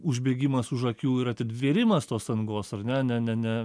užbėgimas už akių ir atitvėrimas tos angos ar ne ne ne ne